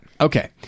okay